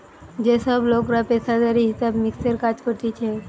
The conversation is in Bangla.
যে সব লোকরা পেশাদারি হিসাব মিক্সের কাজ করতিছে